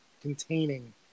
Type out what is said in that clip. containing